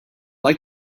like